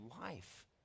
life